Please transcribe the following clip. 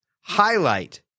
highlight